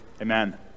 Amen